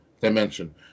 dimension